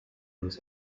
was